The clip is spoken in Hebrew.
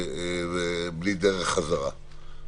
בלי דרך חזרה.